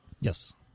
Yes